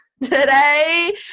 today